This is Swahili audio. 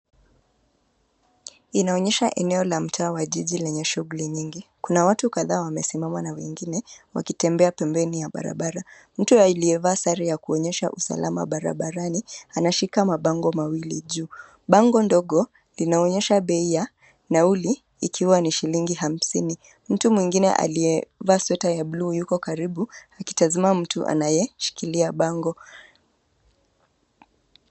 Inaonyesha eneo la mtaa wa jiji lenye shughuli nyingi, kuna watu kadhaa wamesimama na wengine, wakitembea pembeni ya barabara, mtu aliyevaa sare ya kuonyesha usalama barabarani, anashika mabango mawili juu, bango ndogo, linaonyesha bei ya, nauli, ikiwa ni shilingi hamsini, mtu mwingine aliyevaa sweta ya buluu yuko karibu, akitazama mtu anayeshikilia bango.